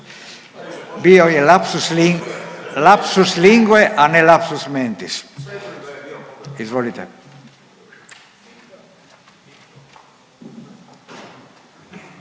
Bio je lapsus lingue, a ne lapsus mentis. Izvolite.